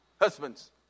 Husbands